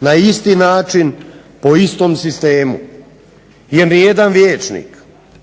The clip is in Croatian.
Na isti način po istom sistemu. Jer nijedan vijećnik,